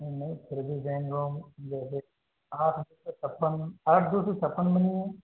नहीं फिर भी रेम रोम आठ दो सौ आठ दो सौ छपन में नहीं है